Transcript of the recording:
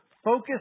Focus